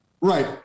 right